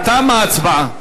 ההצבעה.